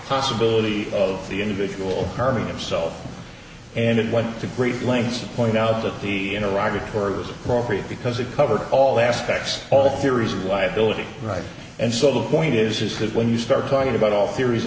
possibility of the individual harming himself and went to great lengths to point out that he in iraq occurs appropriate because it covered all aspects all theories of liability right and so the point is is that when you start talking about all theories